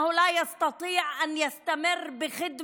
ואני רוצה להזכיר לכולם שהממשלה הזאת נפלה כשבנט הבין שאין